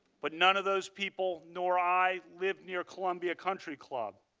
but none of those people nor i, live near columbia country club.